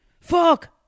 Fuck